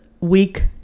week